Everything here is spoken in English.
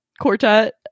quartet